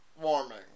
warming